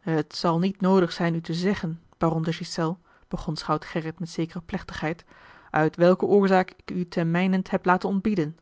het zal niet noodig zijn u te zeggen baron de ghiselles begon schout gerrit met zekere plechtigheid uit welke oorzaak ik u ten mijnent heb laten ontbieden